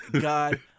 God